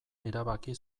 erabaki